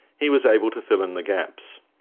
he was able to fill in the gaps.